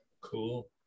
cool